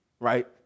right